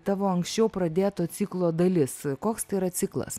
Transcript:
tavo anksčiau pradėto ciklo dalis koks tai yra ciklas